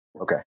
Okay